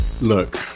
Look